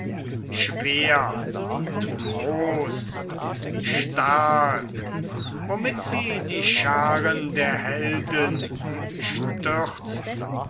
schwer und groß und stark womit sie die scharen der helden stürzt